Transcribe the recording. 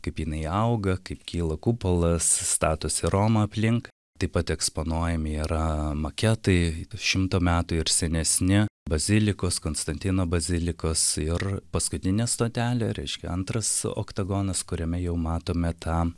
kaip jinai auga kaip kyla kupolas statosi roma aplink taip pat eksponuojami yra maketai šimto metų ir senesni bazilikos konstantino bazilikos ir paskutinė stotelė reiškia antras oktagonas kuriame jau matome tą